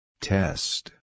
Test